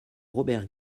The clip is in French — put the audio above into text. robert